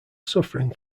suffering